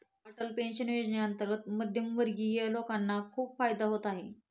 Atal pension योजनेअंतर्गत मध्यमवर्गीय लोकांना खूप फायदा होत आहे